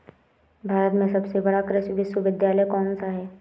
भारत में सबसे बड़ा कृषि विश्वविद्यालय कौनसा है?